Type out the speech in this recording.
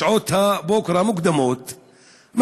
בשעות הבוקר המוקדמות,